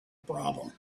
problem